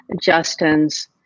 Justin's